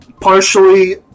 partially